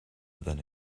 than